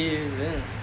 oh fancy is it